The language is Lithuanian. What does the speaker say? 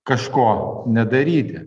kažko nedaryti